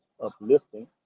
uplifting